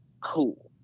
cool